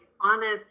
honest